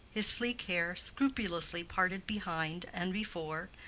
his sleek hair scrupulously parted behind and before,